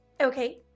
Okay